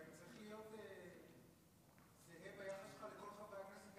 אתה צריך להיות זהה ביחס שלך לכל חברי הכנסת,